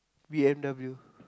B_M_W